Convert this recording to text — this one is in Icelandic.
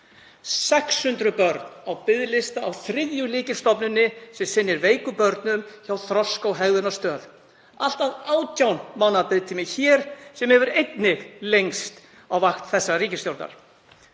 600 börn á biðlista á þriðju lykilstofnuninni sem sinnir veikum börnum, Þroska- og hegðunarstöð. Allt að 18 mánaða biðtími þar sem hefur einnig lengst á vakt þessarar ríkisstjórnar.